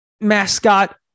mascot